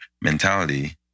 mentality